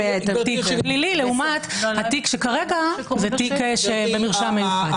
תיק פלילי לעומת התיק שכרגע הוא תיק במרשם מיוחד.